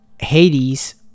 hades